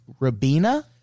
rabina